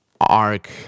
arc